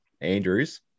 Andrews